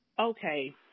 Okay